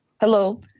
Hello